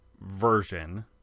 version